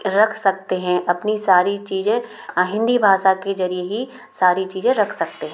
रख सकते हैं अपनी सारी चीज़ें हिन्दी भाषा के ज़रिए ही सारी चीज़ें रख सकते हैं